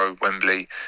Wembley